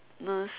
ness